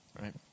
right